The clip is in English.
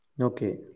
Okay